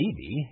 baby